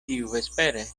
tiuvespere